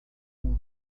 uma